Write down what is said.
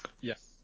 Yes